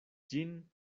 ĝin